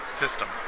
system